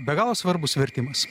be galo svarbus vertimas